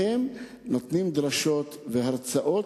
הם נותנים דרשות והרצאות